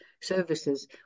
services